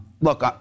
Look